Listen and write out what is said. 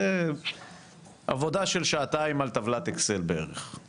זה עבודה של שעתיים על טבלת אקסל בערך,